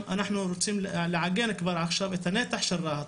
אנחנו רוצים לעגן כבר עכשיו את הנתח של רהט.